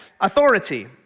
authority